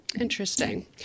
interesting